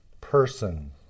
person